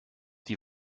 die